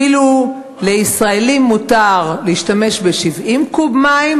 כאילו לישראלי מותר להשתמש ב-70 קוב מים,